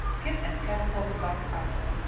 kit and kat talked about the ice,